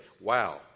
wow